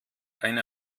eine